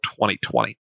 2020